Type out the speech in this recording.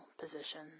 position